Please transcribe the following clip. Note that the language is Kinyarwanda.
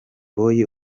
boy